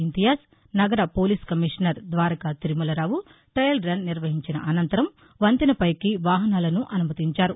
ఇంతియాజ్ నగర పోలీసు commissioner Dwaraka Tirumalarao trial run నిర్వహించిన అనంతరం వంతెనపైకి వాహనాలను అసుమతించారు